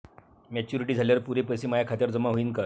Maturity झाल्यावर पुरे पैसे माया खात्यावर जमा होईन का?